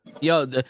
Yo